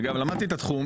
אגב, למדתי את התחום.